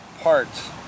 parts